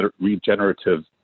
regenerative